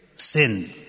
Sin